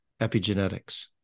epigenetics